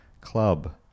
Club